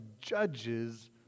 judges